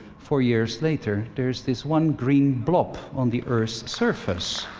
four years later, there is this one green blop on the earth's surface.